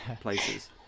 places